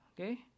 Okay